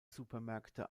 supermärkte